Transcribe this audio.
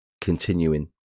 continuing